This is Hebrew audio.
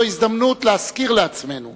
זו הזדמנות להזכיר לעצמנו